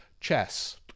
chess